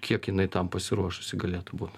kiek jinai tam pasiruošusi galėtų būt